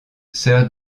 sir